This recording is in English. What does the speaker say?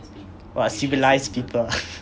what civilised people ah